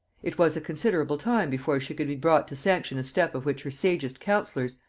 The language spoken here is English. it was a considerable time before she could be brought to sanction a step of which her sagest counsellors,